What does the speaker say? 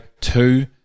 two